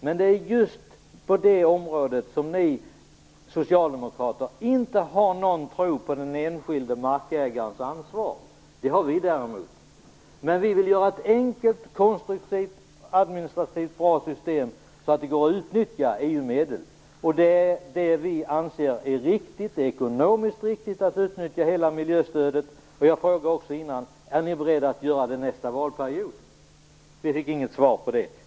Men det är just på det området som ni socialdemokrater inte har någon tro på den enskilde markägarens ansvar. Det har däremot vi, men vi vill göra ett enkelt, konstruktivt administrativt bra system så att det går att utnyttja EU-medel. Det är det vi anser är riktigt. Det är ekonomiskt riktigt att utnyttja hela miljöstödet. Jag frågar, som jag också gjorde innan: Är ni beredda att göra det nästa valperiod? Vi fick inget var på det.